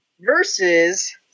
versus